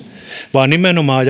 vaan nimenomaan